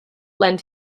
lent